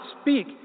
speak